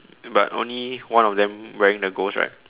but only one of them wearing the ghost right